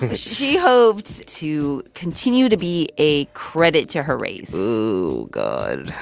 she hoped to continue to be a credit to her race oh, god.